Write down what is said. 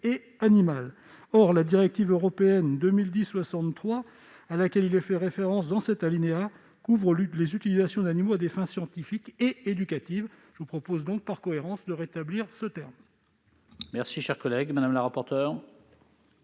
». En effet, la directive européenne à laquelle il est fait référence dans cet alinéa couvre les utilisations d'animaux à des fins scientifiques et éducatives. Il convient donc, par cohérence, de rétablir cette